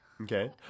Okay